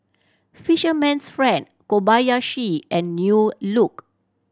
Fisherman's Friend Kobayashi and New Look